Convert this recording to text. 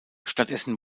stattdessen